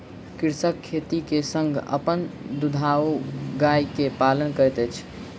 कृषक खेती के संग अपन दुधारू गाय के पालन करैत अछि